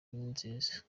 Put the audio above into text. ninziza